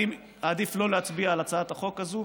אני אעדיף שלא להצביע על הצעת החוק הזאת,